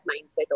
mindset